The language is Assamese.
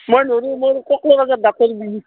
মই নোৰোঁ মোৰ কঁকলৰ আৰু বাতৰ বিষ